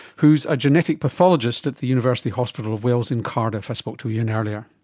who's a genetic pathologist at the university hospital of wales in cardiff. i spoke to ian earlier.